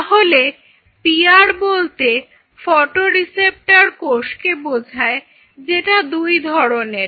তাহলে PR বলতে photo receptor কোষকে বোঝায় যেটা দুই ধরনের